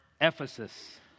Ephesus